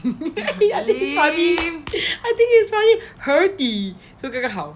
damn funny I think it's funny hirty so 刚刚好